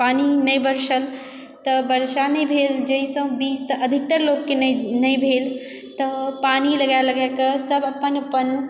पानी नहि बरसल तऽ बरसा नहि भेल जाहिसँ बीज तऽ अधिकतर लोककेँ नहि भेल तऽ पानी लगा लगाके सभ अपन अपन